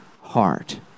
heart